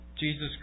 Jesus